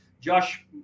Josh